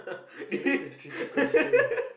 okay that's a tricky question